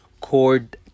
cord